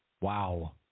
Wow